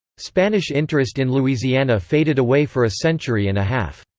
spanish interest in louisiana faded away for a century and a half.